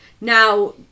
now